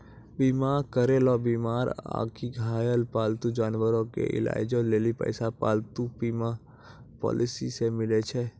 बीमा करैलो बीमार आकि घायल पालतू जानवरो के इलाजो लेली पैसा पालतू बीमा पॉलिसी से मिलै छै